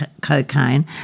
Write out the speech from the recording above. cocaine